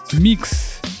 mix